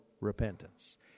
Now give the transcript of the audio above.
repentance